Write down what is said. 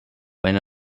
when